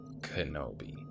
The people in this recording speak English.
Kenobi